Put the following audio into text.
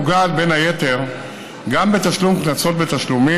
נוגעת בין היתר גם בתשלום קנסות בתשלומים